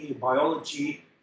biology